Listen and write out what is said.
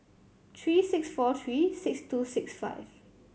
three six four three six two six five